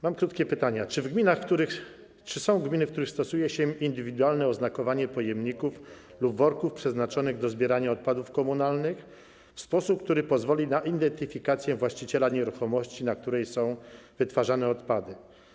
Mam krótkie pytania: Czy są gminy, w których stosuje się indywidualne oznakowanie pojemników lub worków przeznaczonych do zbierania odpadów komunalnych w sposób, który pozwoli na identyfikację właściciela nieruchomości, na której są wytwarzane odpady?